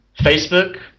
facebook